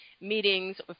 meetings